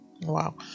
Wow